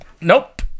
Nope